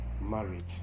marriage